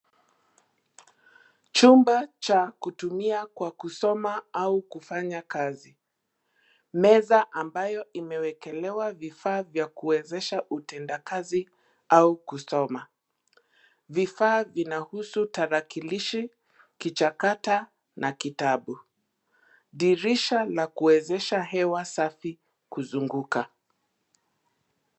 Chumba cha kutumia kwa kusoma au kufanya kazi , meza ambayo imewekelewa vifaa vya kuwezesha utendakazi au kusoma . Vifaa vinahusu tarakilishi, kichakata na kitabu. Dirisha la kuwezesha hewa safi kuzunguka.